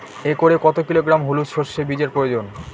একরে কত কিলোগ্রাম হলুদ সরষে বীজের প্রয়োজন?